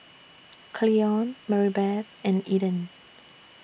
Cleon Maribeth and Eden